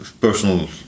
personal